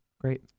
great